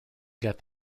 get